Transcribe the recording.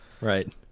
Right